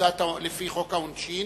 לפי חוק העונשין,